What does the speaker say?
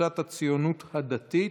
וקבוצת סיעת הציונות הדתית.